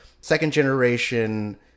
second-generation